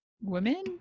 women